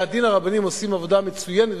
בתי-הדין הרבניים עושים עבודה מצוינת,